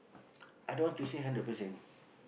i don't want to say hundred percent